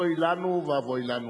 אוי לנו ואבוי לנו.